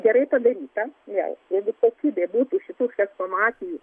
gerai padaryta jei jeigu kokybė būtų šitų chrestomatijų